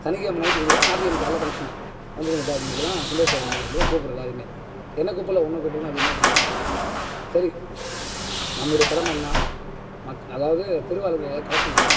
சனிக்கிழம நைட்டு கொடுக்குறேன் ஞாயித்துக்கிழம காலைல ஃபங்க்ஷன்னு வந்துருங்கப்பா அப்படின் சொல்லிட்டு தான் கும்பாபிஷேகம் பார்க்க சொல்லிட்டு தான் கூப்பிட்றேன் எல்லாரையுமே என்ன கூப்பிட்ல உன்ன கூப்பிட்லன்னா அது என்ன கணக்கு அது சரி நம்முடைய கடமை என்னா மக் அதாவது தெருவு ஆளுங்க எல்லாரும் கலசம் கொடுக்கணும்